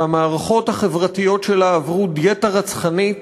שהמערכות החברתיות שלה עברו דיאטה רצחנית